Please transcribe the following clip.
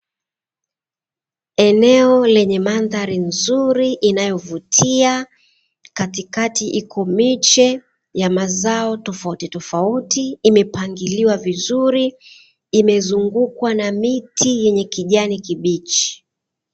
Eneo lenye mandhari nzuri inayovutia katikati iko miche ya mazao tofautitofauti, imepangiliwa vizuri, imezungukwa na miti yenye kijani kibichi.